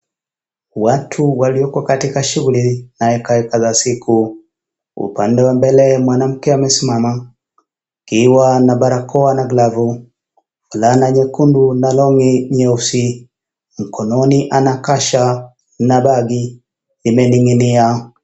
Watu walioko katika shughuli ya kawaida za siku, upande wa mbele mwanamke amesimama akiwa na barakoa na glavu ,fulana nyekundu na longi nyeusi . Mikononi ana kasha na bagi imeninginia.